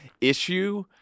issue